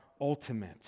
ultimate